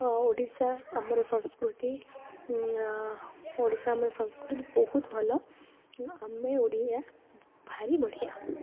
ମୋ ଓଡ଼ିଶା ଆମର ସଂସ୍କୃତି ଓଡ଼ିଶା ଆମର ସଂସ୍କୃତି ବହୁତ ଭଲ ଆମେ ଓଡ଼ିଆ ଭାରି ବଢ଼ିଆ